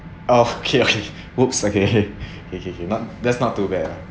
oh okay okay !oops! okay k k k not that's not too bad